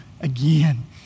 again